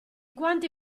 quanti